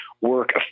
work